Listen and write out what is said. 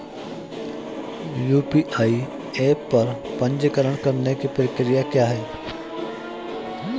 UPI app पर पंजीकरण करने की प्रक्रिया क्या है?